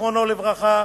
זיכרונו לברכה,